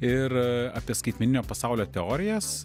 ir apie skaitmeninio pasaulio teorijas